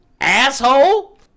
asshole